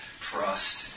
trust